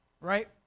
Right